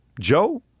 Joe